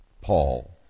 Paul